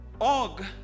Og